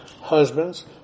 Husbands